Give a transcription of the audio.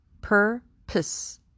purpose